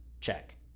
check